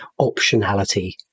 Optionality